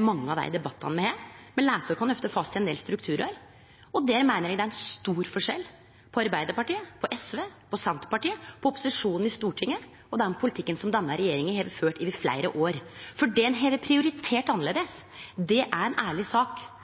mange av debattane me har, me låser oss ofte fast i ein del strukturar. Der meiner eg det er stor forskjell på Arbeiderpartiet, SV og Senterpartiet – opposisjonen i Stortinget – og den politikken denne regjeringa har ført over fleire år, for det at ein har prioritert annleis, det er ei ærleg sak.